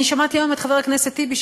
אני שמעתי היום את חבר הכנסת טיבי,